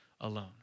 alone